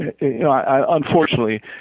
Unfortunately